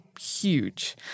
huge